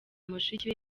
mushiki